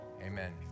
Amen